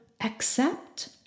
accept